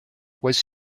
was